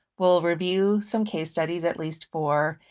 we'll review some case studies, at least four,